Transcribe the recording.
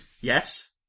Yes